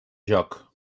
jóc